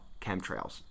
chemtrails